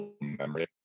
memory